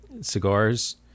cigars